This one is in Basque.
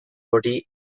hori